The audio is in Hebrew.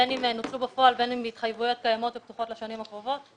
בין אם נוצלו בפועל ובין אם התחייבויות קיימות לפחות לשנים הקרובות.